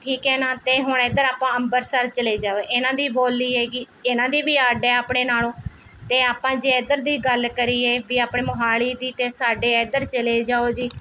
ਠੀਕ ਹੈ ਨਾ ਅਤੇ ਹੁਣ ਇੱਧਰ ਆਪਾਂ ਅੰਬਰਸਰ ਚਲੇ ਜਾਵੇ ਇਹਨਾਂ ਦੀ ਬੋਲੀ ਐਗੀ ਇਹਨਾਂ ਦੀ ਵੀ ਅੱਡ ਹੈ ਆਪਣੇ ਨਾਲੋਂ ਅਤੇ ਆਪਾਂ ਜੇ ਇੱਧਰ ਦੀ ਗੱਲ ਕਰੀਏ ਵੀ ਆਪਣੇ ਮੋਹਾਲੀ ਦੀ ਅਤੇ ਸਾਡੇ ਇੱਧਰ ਚਲੇ ਜਾਓ ਜੀ